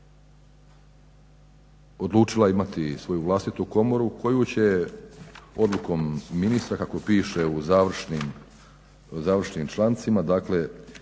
odlučila imati svoju vlastitu komoru koju će odlukom ministra kako piše u završnim člancima, dakle